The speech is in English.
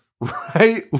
right